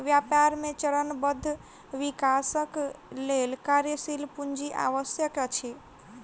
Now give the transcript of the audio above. व्यापार मे चरणबद्ध विकासक लेल कार्यशील पूंजी आवश्यक अछि